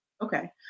Okay